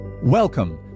Welcome